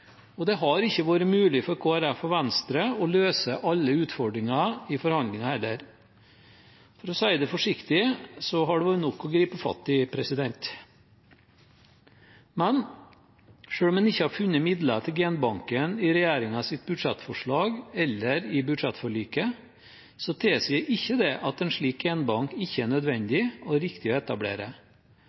Det har heller ikke vært mulig for Kristelig Folkeparti og Venstre å løse alle utfordringene i forhandlinger. For å si det forsiktig så har det vært nok å gripe fatt i. Men at man ikke har funnet midler til genbanken i regjeringens budsjettforslag eller i budsjettforliket, tilsier ikke at en slik genbank ikke er nødvendig og riktig å etablere.